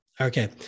Okay